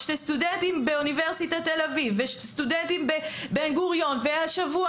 יש סטודנטים באוניברסיטת תל אביב ויש סטודנטים בבן גוריון והשבוע